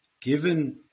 given